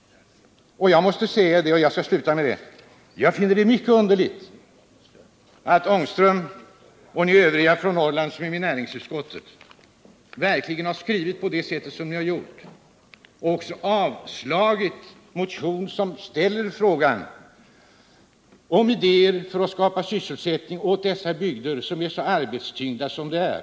Jag måste säga — och jag skall sluta med det — att jag finner det mycket underligt att herr Ångström och ni övriga från Norrland som är med i näringsutskottet verkligen har skrivit på det sättet ni gjort och avstyrkt en motion som tar upp frågan om idéer för att skapa sysselsättning åt dessa bygder.